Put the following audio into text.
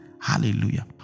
hallelujah